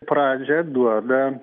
pradžią duoda